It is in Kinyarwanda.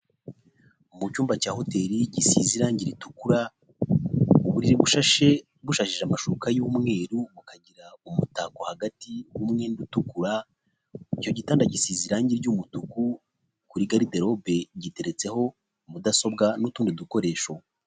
Mu cyumba cya Hoteri gisize irangi ritukura, uburiri bushashe bushashishije amashuka y'umweru, bukagira umutako hagati w'umwenda utukura, icyo gitanda gisize irangi ry'umutuku kuri garidelobe giteretseho mudasobwa n'utundi dukoresho.